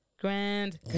Grand